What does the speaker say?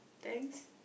thanks